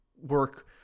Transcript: work